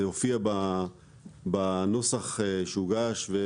זה הופיע בנוסח שהוגש גם